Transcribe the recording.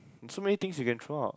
there's so many things you can throw out